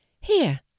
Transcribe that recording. Here